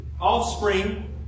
offspring